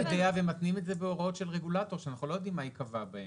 מתנים את זה בהוראות של רגולטור שאנחנו לא יודעים מה ייקבע בהן.